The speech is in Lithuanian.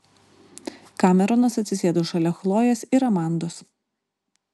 kameronas atsisėdo šalia chlojės ir amandos